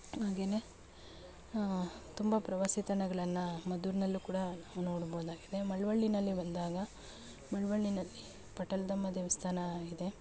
ಹಾಗೆಯೇ ತುಂಬ ಪ್ರವಾಸಿ ತಾಣಗಳನ್ನು ಮದ್ದೂರಿನಲ್ಲೂ ಕೂಡ ನಾವು ನೋಡ್ಬೋದಾಗಿದೆ ಮಳವಳ್ಳಿಯಲ್ಲಿ ಬಂದಾಗ ಮಳವಳ್ಳಿಯಲ್ಲಿ ಪಟ್ಟಲದಮ್ಮ ದೇವಸ್ಥಾನ ಇದೆ